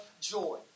joy